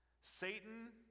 Satan